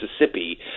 Mississippi